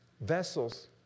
vessels